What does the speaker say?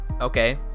okay